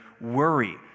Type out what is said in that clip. worry